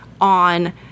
on